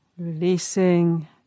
Releasing